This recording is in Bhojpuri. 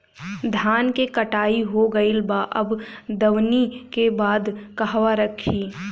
धान के कटाई हो गइल बा अब दवनि के बाद कहवा रखी?